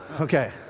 okay